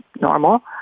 normal